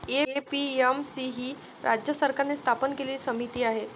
APMC ही राज्य सरकारने स्थापन केलेली समिती आहे